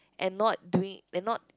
and not doing and not